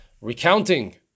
recounting